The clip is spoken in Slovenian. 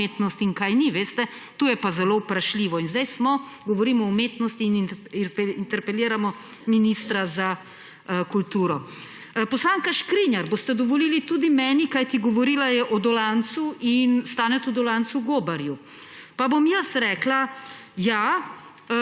umetnost in kaj ni, veste, to je pa zelo vprašljivo. Zdaj govorimo o umetnosti in interpeliramo ministra za kulturo. Poslanka Škrinjar, boste dovolili tudi meni, kajti govorila je o Stanetu Dolancu, gobarju. Pa bom jaz rekla, ja,